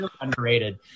underrated